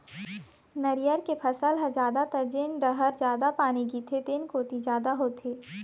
नरियर के फसल ह जादातर जेन डहर जादा पानी गिरथे तेन कोती जादा होथे